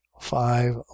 five